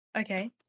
okay